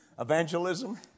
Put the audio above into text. evangelism